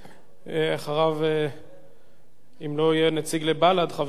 אחריו, אם לא יהיה נציג לבל"ד, חבר הכנסת אקוניס.